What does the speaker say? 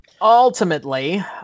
ultimately